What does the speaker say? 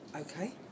Okay